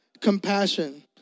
Compassion